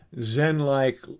zen-like